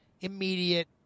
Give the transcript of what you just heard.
immediate